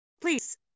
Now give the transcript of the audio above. Please